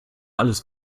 alles